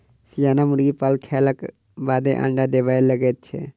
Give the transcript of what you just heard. सियान मुर्गी पाल खयलाक बादे अंडा देबय लगैत छै